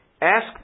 Ask